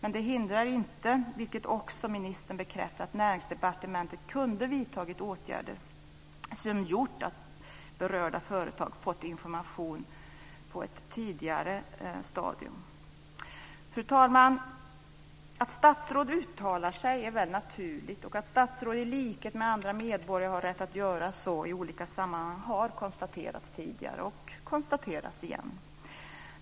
Men det hindrar inte, vilket också ministern bekräftar, att Näringsdepartementet kunde ha vidtagit åtgärder som gjort att berörda företag fått information på ett tidigare stadium. Fru talman! Att statsråd uttalar sig är väl naturligt, och att statsråd i likhet med andra medborgare har rätt att göra så i olika sammanhang har konstaterats tidigare och konstateras igen.